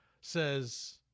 says